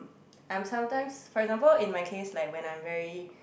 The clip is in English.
I'm sometimes for example in my case like when I'm very